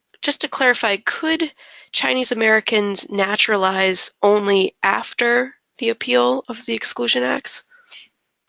just to clarify could chinese-americans naturalize only after the appeal of the exclusion acts?